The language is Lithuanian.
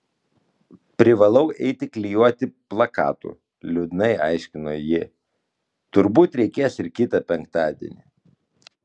privalau eiti klijuoti plakatų liūdnai aiškino ji turbūt reikės ir kitą penktadienį